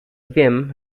wiem